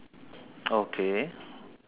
okay